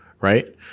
Right